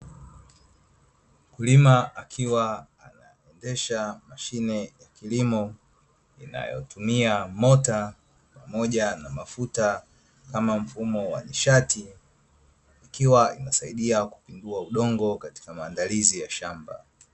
Mkulima akiwa anaendesha mashine ya kilimo inayotumia mota pamoja na mafuta kama mfumo wa nishati, ikiwa inasaidia kutifua udongo katika maandalizi ya shamba.